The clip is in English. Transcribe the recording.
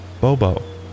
Bobo